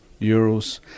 euros